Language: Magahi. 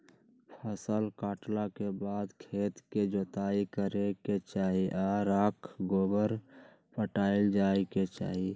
फसल काटला के बाद खेत के जोताइ करे के चाही आऽ राख गोबर पटायल जाय के चाही